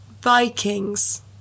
Vikings